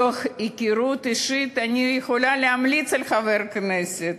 מתוך היכרות אישית אני יכולה להמליץ על חבר הכנסת,